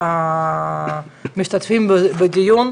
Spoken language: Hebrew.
המשתתפים בדיון.